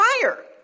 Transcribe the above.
fire